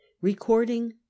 recording